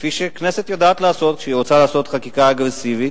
כפי שהכנסת יודעת לעשות כשהיא רוצה לעשות חקיקה אגרסיבית,